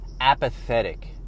apathetic